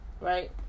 Right